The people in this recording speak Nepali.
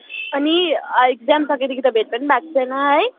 अनि एक्जाम सकिएदेखि त भेट पनि भएको छैन है